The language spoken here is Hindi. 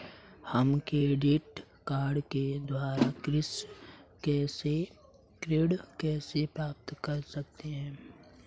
हम क्रेडिट कार्ड के द्वारा ऋण कैसे प्राप्त कर सकते हैं?